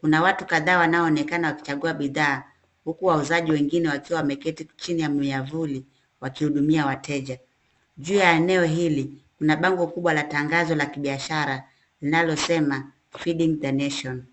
Kuna watu kadhaa wanaonekana wakichagua bidhaa, huku wauzaji wengine wakiwa wameketi chini ya miavuli wakihudumia wateja. Juu ya eneo hili, kuna bango kubwa la tangazo la kibiashara linalosema feeding the nation .